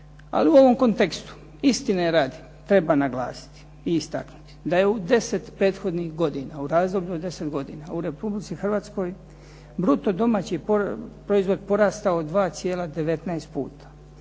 Ali u ovom kontekstu, istine radi, treba naglasiti i istaknuti da je u deset prethodnih godina, u razdoblju od deset godina u Republici Hrvatskoj bruto domaći proizvod porastao 2,19 puta,